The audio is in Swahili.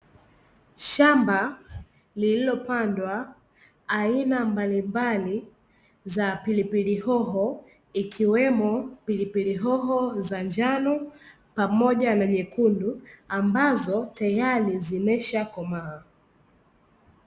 Shamba lililopandwa aina mbalimbali za pilipili hoho, ikiwemo pilipili hoho zanjano pamoja na nyekundu, ambazo tayali zimesha komaa.